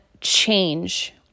change